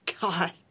God